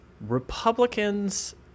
Republicans